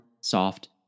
soft